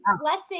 blessing